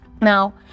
now